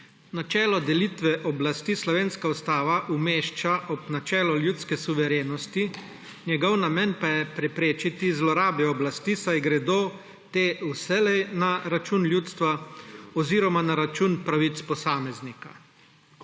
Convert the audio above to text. Načelo delitve oblasti slovenska ustava umešča ob načelu ljudske suverenosti, njegov namen pa je preprečiti zlorabe oblasti, saj gredo te vselej na račun ljudstva oziroma na račun pravic posameznika.